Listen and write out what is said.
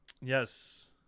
Yes